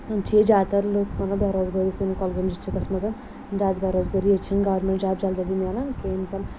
چھِ ییٚتہِ زیادٕ تَر لٔکھ مطلب بے روزگٲر سٲنِس کۄلگٲمۍ ڈِسٹِرٛکَس منٛز زیادٕ بے روزگٲری ییٚتہِ چھِنہٕ گارمٮ۪نٛٹ جاب جَلدی جَلدی میلان کیٚنٛہہ یِم زَن